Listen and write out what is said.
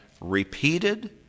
repeated